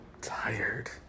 tired